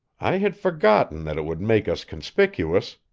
i had forgotten that it would make us conspicuous,